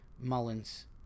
Mullins